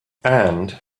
and